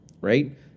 right